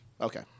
okay